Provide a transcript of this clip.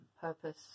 purpose